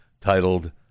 titled